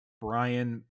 Brian